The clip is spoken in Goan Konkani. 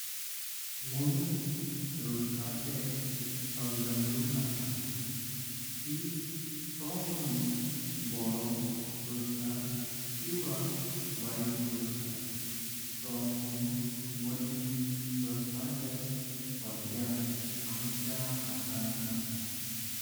मोनिस रोचपाचे अवलंबुन असता कि तो मोनिस बरो रोचता। किवा वायत रोचता तो पुन मोनिस रोचपाचे सोडता आमच्या हातान ना।